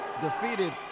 defeated